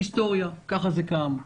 היסטוריה, כך זה קם.